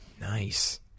nice